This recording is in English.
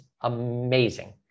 amazing